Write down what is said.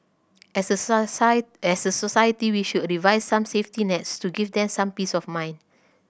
as a as a society we should devise some safety nets to give them some peace of mind